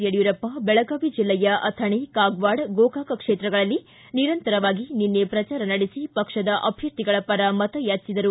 ಯಡಿಯೂರಪ್ಪ ಬೆಳಗಾವಿ ಜಿಲ್ಲೆಯ ಅಥಣಿ ಕಾಗವಾಡ ಗೋಕಾಕ್ ಕ್ಷೇತ್ರಗಳಲ್ಲಿ ನಿರಂತರವಾಗಿ ನಿನ್ನೆ ಪ್ರಚಾರ ನಡೆಸಿ ಪ್ರಕ್ಷದ ಅಭ್ಯರ್ಥಿಗಳ ಪರ ಮತ ಯಾಚಿಸಿದರು